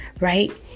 Right